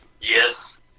yes